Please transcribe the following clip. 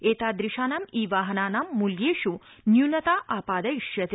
एतादृशानां ई वाहनानां मृत्येष् न्यूनता आपादयिष्यते